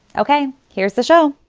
ok. here's the show